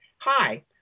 Hi